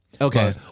Okay